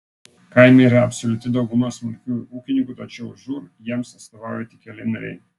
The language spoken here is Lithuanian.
kaime yra absoliuti dauguma smulkiųjų ūkininkų tačiau žūr jiems atstovauja tik keli nariai